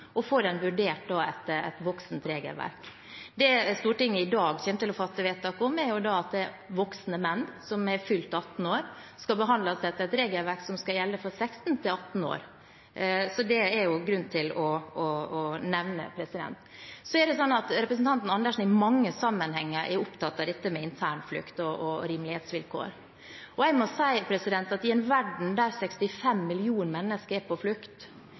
og få den vurdert etter regelverk for voksne. Det Stortinget i dag kommer til å fatte vedtak om, er at voksne menn som har fylt 18 år, skal behandles etter et regelverk som skal gjelde for 16–18 år. Det er det grunn til å nevne. Representanten Andersen er i mange sammenhenger opptatt av dette med internflukt og rimelighetsvilkår. I en verden der 65 millioner mennesker er på flukt,